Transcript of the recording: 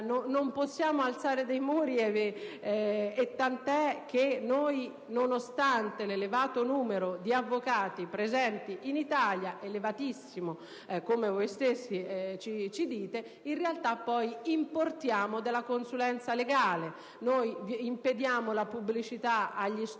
non possiamo alzare dei muri, tant'è che noi, nonostante l'elevato numero di avvocati presenti in Italia - elevatissimo come voi stessi ci dite - in realtà poi importiamo la consulenza legale. Noi impediamo la pubblicità agli studi